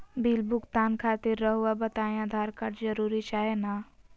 Bill भुगतान खातिर रहुआ बताइं आधार कार्ड जरूर चाहे ना?